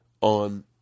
On